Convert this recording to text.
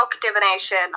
divination